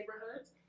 neighborhoods